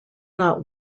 not